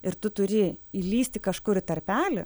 ir tu turi įlįsti kažkur į tarpelį